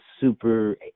super